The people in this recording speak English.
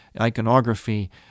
iconography